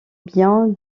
bien